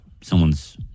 someone's